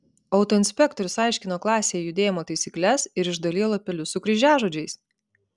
autoinspektorius aiškino klasėje judėjimo taisykles ir išdalijo lapelius su kryžiažodžiais